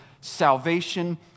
salvation